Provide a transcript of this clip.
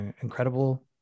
incredible